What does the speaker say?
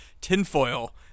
tinfoil